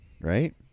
Right